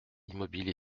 immobile